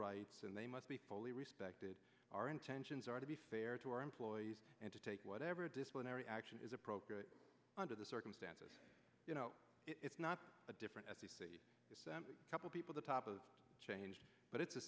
rights and they must be fully respected our intentions are to be fair to our employees and to take whatever disciplinary action is appropriate under the circumstances you know it's not different at the couple people the top of change but it's the